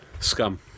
Scum